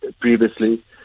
previously